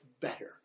better